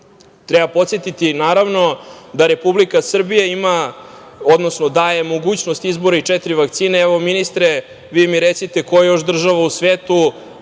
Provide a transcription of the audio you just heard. podsetiti, naravno, da Republika Srbija ima, odnosno da daje mogućnost i izbora četiri vakcine. Evo, ministre, vi mi recite koja još država u svetu